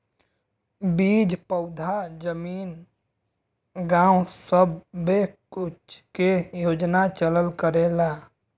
बीज पउधा जमीन गाव सब्बे कुछ के योजना चलल करेला